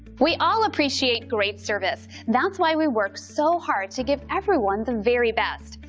we all appreciate great service. that's why we work so hard to give everyone the very best.